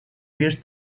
peers